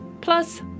plus